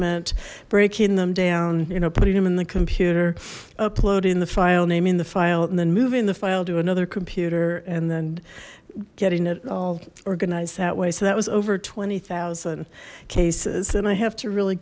meant breaking them down you know putting him in the computer uploading the file naming the file and then moving the file to another computer and then getting it all organized that way so that was over twenty zero cases and i have to really